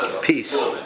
peace